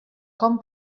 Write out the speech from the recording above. com